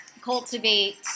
cultivate